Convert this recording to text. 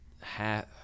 half